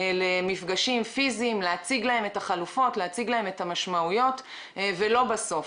למפגשים פיזיים להציג להם את החלופות ואת המשמעויות ולא בסוף.